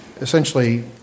Essentially